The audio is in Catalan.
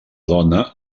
dona